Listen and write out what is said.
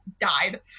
died